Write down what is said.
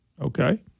okay